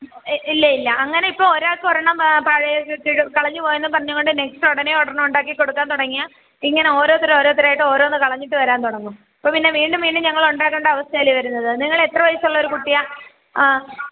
ഇല്ല ഇല്ല അങ്ങനെയിപ്പോൾ ഒരാൾക്ക് ഒരെണ്ണം കളഞ്ഞ് പോയെന്നും പറഞ്ഞുംകൊണ്ട് നെക്സ്റ്റ് ഉടനെ ഒരെണ്ണമുണ്ടാക്കിക്കൊടുക്കാൻ തുടങ്ങിയാൽ ഇങ്ങനെ ഓരോരുത്തരോരോരുത്തരായിട്ട് ഓരോന്ന് കളഞ്ഞിട്ട് വരാൻ തുടങ്ങും അപ്പോൾപ്പിന്നെ വീണ്ടും വീണ്ടും ഞങ്ങളുണ്ടാക്കേണ്ട അവസ്ഥയല്ലെ വരുന്നത് നിങ്ങളെത്ര വയസ്സുള്ള ഒരു കുട്ടിയാണ് ആ